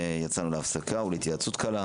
(הישיבה נפסקה בשעה 15:11 ונתחדשה בשעה 15:38.)